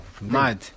Mad